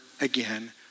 again